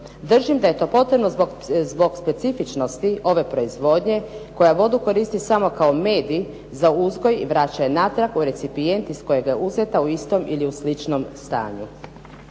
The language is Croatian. Držim da je to potrebno zbog specifičnosti ove proizvodnje, koja vodu koristi samo kao medij za uzgoj i vraćanje natrag u recipijent iz kojega je uzeta u istom ili u sličnom stanju.